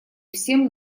всем